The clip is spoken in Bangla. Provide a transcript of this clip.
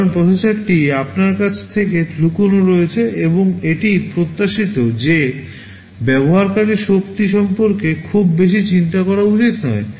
কারণ প্রসেসরটি আপনার কাছ থেকে লুকানো রয়েছে এবং এটি প্রত্যাশিত যে ব্যবহারকারীর শক্তি সম্পর্কে খুব বেশি চিন্তা করা উচিত নয়